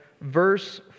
verse